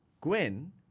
Gwen